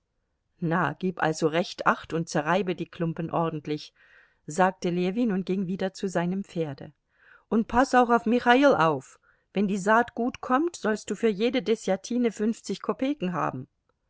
na gib also recht acht und zerreibe die klumpen ordentlich sagte ljewin und ging wieder zu seinem pferde und paß auch auf michail auf wenn die saat gut kommt sollst du für jede deßjatine fünfzig kopeken haben